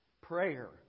Prayer